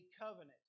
covenant